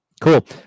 Cool